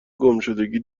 گمشدگی